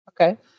Okay